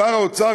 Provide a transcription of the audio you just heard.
שר האוצר,